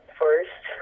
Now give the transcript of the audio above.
first